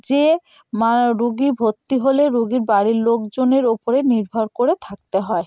যে মা রুগী ভর্তি হলে রুগীর বাড়ির লোকজনের ওপরে নির্ভর করে থাকতে হয়